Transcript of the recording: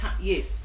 Yes